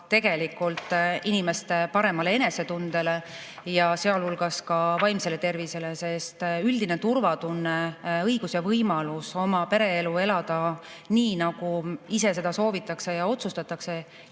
kaasa inimeste paremale enesetundele, sealhulgas nende vaimsele tervisele, sest üldine turvatunne, õigus ja võimalus oma pereelu elada nii, nagu ise seda soovitakse ja otsustatakse,